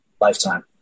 lifetime